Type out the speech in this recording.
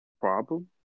Problem